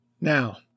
Now